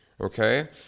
Okay